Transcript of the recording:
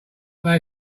they